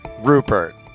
Rupert